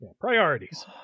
Priorities